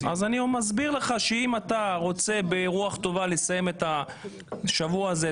אני מסביר לך שאם אתה רוצה ברוח טובה לסיים את השבוע הזה,